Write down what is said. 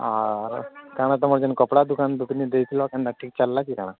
ଆରୁ କ'ଣ ତମର ଯେନ୍ କପଡ଼ା ଦୋକାନ ଦୁକାନେ ଦେଇଥିଲ କେନ୍ତା ଠିକ୍ ଚାଲିଲା କି କ'ଣ